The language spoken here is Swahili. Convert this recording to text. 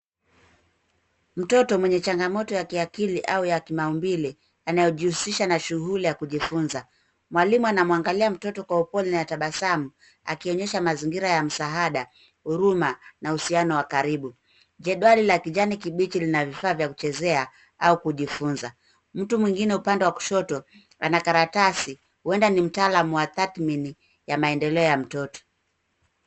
Mtoto mwenye changamoto ya kiakili au ya kimaumbile, anayejihusisha na shughuli ya kujifunza. Mwalimu anamwangalia mtoto kwa upole na tabasamu, akionyesha mazingira ya msaada, huruma, na uhusiano wa karibu. Jedwali la kijani kibichi lina vifaa vya kuchezea au kujifunza. Mtu mwingine upande wa kushoto, ana karatasi, huenda ni mtaalamu wa tathmini ya maendeleo ya mtoto.